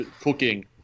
Cooking